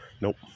nope